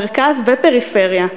מרכז ופריפריה,